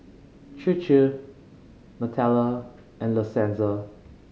Chir Chir Nutella and La Senza